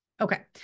Okay